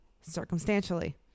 circumstantially